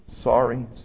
Sorry